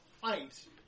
fight